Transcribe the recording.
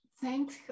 thanks